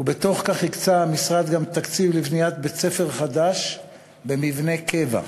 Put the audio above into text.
ובתוך כך הקצה המשרד גם תקציב לבניית בית-ספר חדש במבנה קבע.